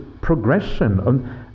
progression